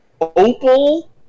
opal